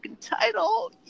title